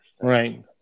Right